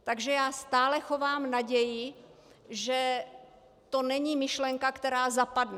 Takže já stále chovám naději, že to není myšlenka, která zapadne.